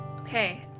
Okay